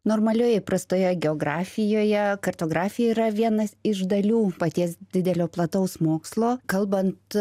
normalioj įprastoje geografijoje kartografija yra vienas iš dalių paties didelio plataus mokslo kalbant